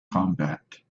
combat